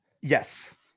Yes